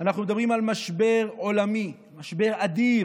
אנחנו מדברים על משבר עולמי, משבר אדיר.